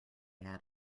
had